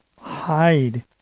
hide